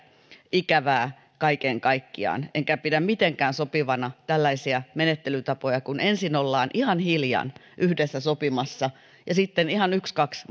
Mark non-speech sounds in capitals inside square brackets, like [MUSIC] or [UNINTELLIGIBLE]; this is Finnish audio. ikävää kaiken kaikkiaan enkä pidä mitenkään sopivana tällaisia menettelytapoja kun ensin ollaan ihan hiljan yhdessä sopimassa ja sitten ihan ykskaks [UNINTELLIGIBLE]